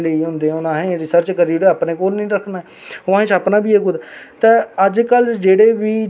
घट्ट तू घट्ट पजांह् परसैंट लेडिज अज्ज जेहकियां बाहर आंदियां ना रोड बिच बी प्रोटेस्ट बी करदियां हक बी मंगदियां